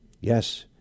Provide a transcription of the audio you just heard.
yes